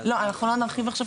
אז -- אנחנו לא נרחיב עכשיו.